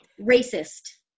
racist